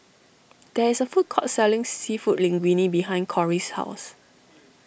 there is a food court selling Seafood Linguine behind Corie's house